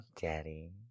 Daddy